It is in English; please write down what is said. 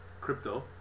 crypto